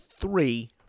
three